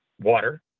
water